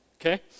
okay